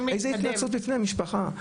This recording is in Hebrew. איזה התנצלות בפני המשפחה?